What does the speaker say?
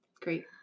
great